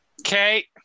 Okay